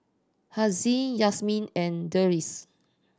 Aziz Yasmin and Deris